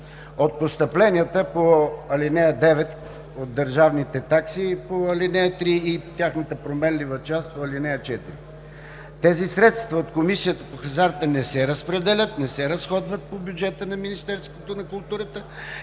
от постъпленията по ал. 9 от държавните такси по ал. 3 и тяхната променлива част по ал. 4. Тези средства от Комисията по хазарта не се разпределят, не се разходват по бюджета на Министерството на културата